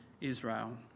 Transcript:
Israel